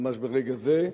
ממש ברגע זה,